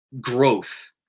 growth